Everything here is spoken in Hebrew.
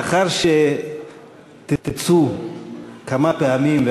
לאחר שתצאו כמה פעמים,